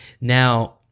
Now